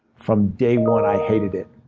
from day one, i hated it.